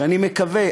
שאני מקווה,